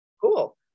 Cool